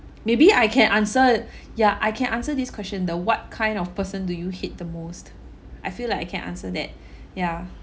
maybe I can answer ya I can answer this question the what kind of person to you hate the most I feel like I can answer that yeah